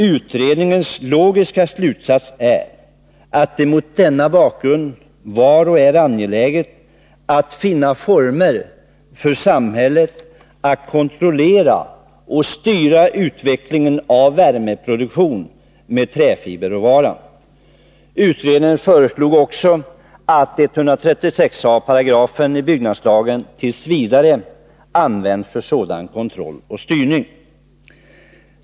Utredningens logiska slutsats är, att det mot denna bakgrund är angeläget att finna former för samhället att kontrollera och styra utvecklingen av värmeproduktion med träfiberråvaran. Utredningen föreslog också att 136 a § byggnadslagen t. v. används för sådan kontroll och styrning.